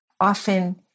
often